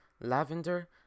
lavender